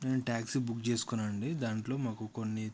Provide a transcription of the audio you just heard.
నేను taxi book చేసుకున్నానండి దాంట్లో మాకు కొన్ని